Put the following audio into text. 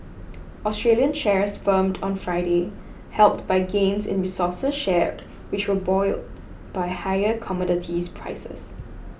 Australian shares firmed on Friday helped by gains in resources shares which were buoyed by higher commodities prices